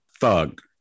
thug